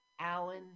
Allen